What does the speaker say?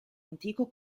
antico